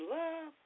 love